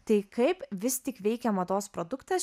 tai kaip vis tik veikia mados produktas